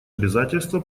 обязательства